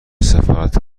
سفارت